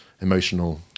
emotional